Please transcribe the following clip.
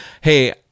hey